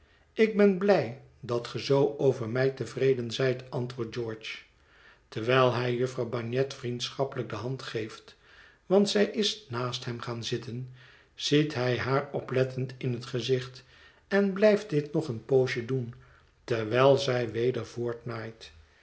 ik ben blij dat ge zoo over mij tevreden zijt antwoordt george terwijl hij jufvrouw bagnet vriendschappelijk de hand geeft want zij is naast hem gaan zitten ziet hij haar oplettend in het gezicht en blijft dit nog een poosje doen terwijl zij weder